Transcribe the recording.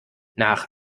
nach